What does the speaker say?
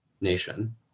nation